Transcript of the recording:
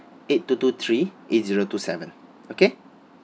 eight two two three eight zero two seven okay